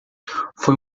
foi